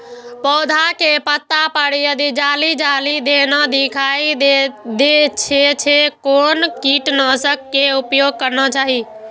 पोधा के पत्ता पर यदि जाली जाली जेना दिखाई दै छै छै कोन कीटनाशक के प्रयोग करना चाही?